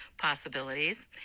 possibilities